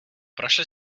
prošli